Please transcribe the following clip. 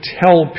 tell